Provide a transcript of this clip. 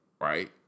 right